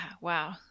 Wow